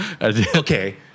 Okay